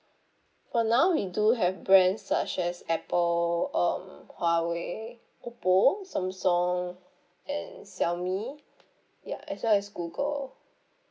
for now we do have brands such as apple um huawei oppo samsung and xiaomi ya as well as google